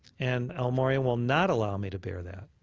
and el morya will not allow me to bear that.